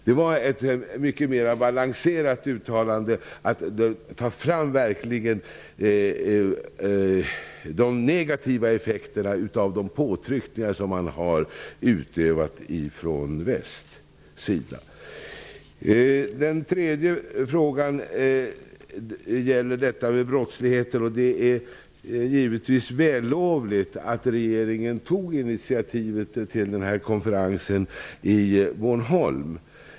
Det var ett mycket mer balanserat uttalande, dvs. att verkligen ta fram de negativa effekterna av de påtryckningar som väst har utövat. Till sist vill jag ta upp brottsligheten. Det var givetvis vällovligt att regeringen tog initiativ till konferensen på Bornholm.